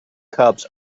cups